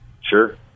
Sure